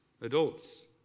Adults